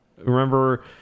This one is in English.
Remember